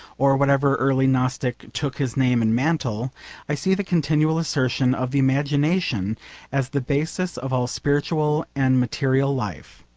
or whatever early gnostic took his name and mantle i see the continual assertion of the imagination as the basis of all spiritual and material life,